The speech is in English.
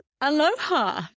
Aloha